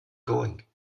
going